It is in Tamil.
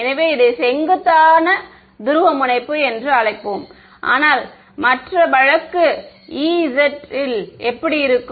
எனவேஇதை செங்குத்தான துருவமுனைப்பு என்று அழைப்போம் ஆனால் மற்ற வழக்கு Ez இப்படி இருக்கும்